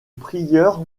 prieur